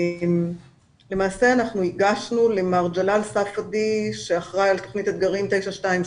למעשה הגשנו למר ג'לאל ספדי שאחראי על תוכנית אתגרים 922